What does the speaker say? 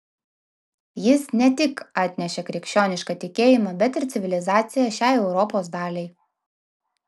jis ne tik atnešė krikščionišką tikėjimą bet ir civilizaciją šiai europos daliai